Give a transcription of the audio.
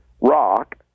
rock